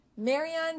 Marion